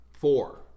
Four